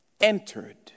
entered